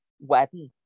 wedding